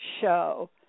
show